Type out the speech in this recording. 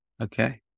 Okay